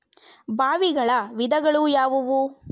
ಬಾವಿಗಳ ವಿಧಗಳು ಯಾವುವು?